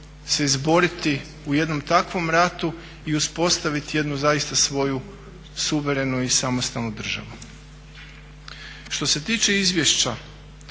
izboriti u jednom takvom ratu i uspostaviti jednu zaista svoju suverenu i samostalnu državu. Što se tiče Izvješća